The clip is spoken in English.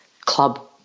club